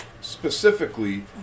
specifically